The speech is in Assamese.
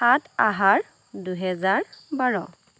সাত আহাৰ দুই হেজাৰ বাৰ